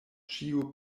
ĉiu